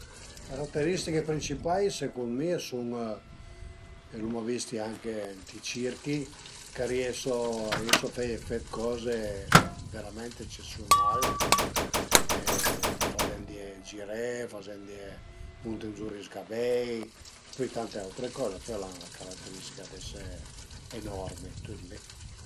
Le carateristiche principai secund mi a sun, l'uma vistie anche ënt i circhi, ch'a rieso a rieso a faie fe d'coze verament ecesiunal e fazendie giré, fazendie munté d'zura i sgabei, pöi tante autre coze però al an la carateristica d'ese enormi, tüt li